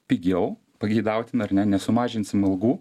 pigiau pageidautina ar ne nesumažinsim algų